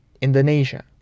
Indonesia